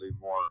more